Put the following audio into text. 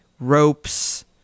Ropes